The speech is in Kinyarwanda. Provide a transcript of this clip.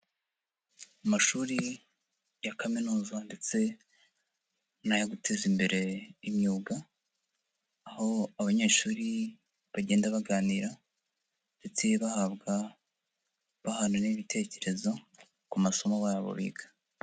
Amashuri ya kaminuza ndetse n'aya guteza imbere imyuga, aho abanyeshuri bagenda baganira ndetse bahabwa bahana n'ibitekerezo ku masomo babo biga.